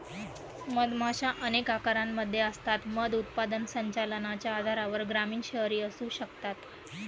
मधमाशा अनेक आकारांमध्ये असतात, मध उत्पादन संचलनाच्या आधारावर ग्रामीण, शहरी असू शकतात